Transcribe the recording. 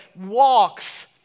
walks